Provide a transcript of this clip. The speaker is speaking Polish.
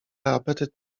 apetyt